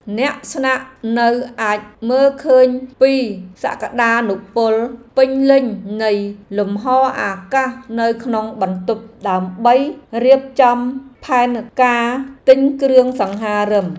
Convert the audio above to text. អ្នកស្នាក់នៅអាចមើលឃើញពីសក្ដានុពលពេញលេញនៃលំហរអាកាសនៅក្នុងបន្ទប់ដើម្បីរៀបចំផែនការទិញគ្រឿងសង្ហារិម។